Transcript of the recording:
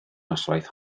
noswaith